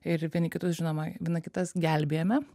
ir vieni kitus žinoma viena kitas gelbėjame